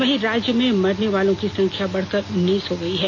वहीं राज्य में मरने वालों की संख्या बढ़कर उन्नीस हो गयी है